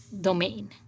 domain